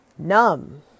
Numb